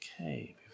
Okay